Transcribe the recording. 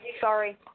Sorry